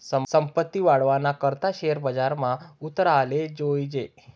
संपत्ती वाढावाना करता शेअर बजारमा उतराले जोयजे